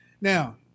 Now